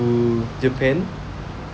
to japan